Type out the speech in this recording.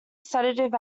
sedative